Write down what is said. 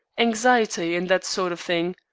anxiety, and that sort of thing.